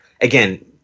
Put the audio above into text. again